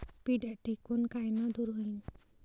पिढ्या ढेकूण कायनं दूर होईन?